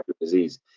disease